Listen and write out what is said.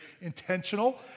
intentional